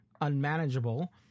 unmanageable